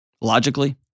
Logically